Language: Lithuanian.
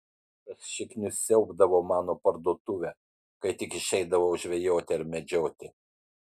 tas šiknius siaubdavo mano parduotuvę kai tik išeidavau žvejoti ar medžioti